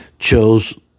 chose